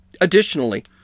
Additionally